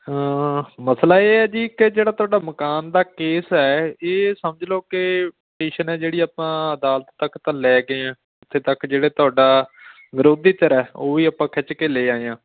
ਮਸਲਾ ਇਹ ਹੈ ਜੀ ਕਿ ਜਿਹੜਾ ਤੁਹਾਡਾ ਮਕਾਨ ਦਾ ਕੇਸ ਹੈ ਇਹ ਸਮਝ ਲਓ ਕਿ ਪਟੀਸ਼ਨ ਹੈ ਜਿਹੜੀ ਆਪਾਂ ਅਦਾਲਤ ਤੱਕ ਤਾਂ ਲੈ ਗਏ ਹਾਂ ਉੱਥੇ ਤੱਕ ਜਿਹੜੇ ਤੁਹਾਡਾ ਵਿਰੋਧੀ ਧਿਰ ਹੈ ਉਹ ਵੀ ਆਪਾਂ ਖਿੱਚ ਕੇ ਲੈ ਆਏ ਹਾਂ